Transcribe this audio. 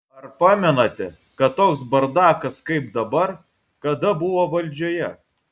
ar pamenate kad toks bardakas kaip dabar kada buvo valdžioje